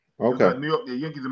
Okay